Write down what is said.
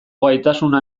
gaitasuna